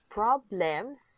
problems